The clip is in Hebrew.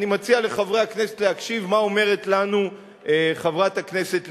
אני מציע לחברי הכנסת להקשיב מה אומרת לנו חברת הכנסת לבני.